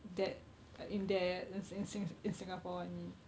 that like in there in in sing~ in singapore I mean